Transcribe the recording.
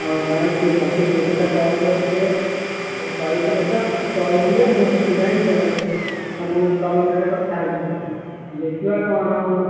ହଉ ନାଇଁ ସିଏ ମୋତେ ସେଇ କଥା କଲ୍ କରିଥିଲେ କହିଥିଲେ ତ କହୁଥିଲେ ମୁଁ ସେଥିପାଇଁ ତମକୁ ତମ ସାଙ୍ଗେ କଥାହେଲି ଦେଖିବା କଣ